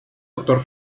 autor